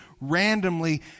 randomly